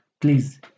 Please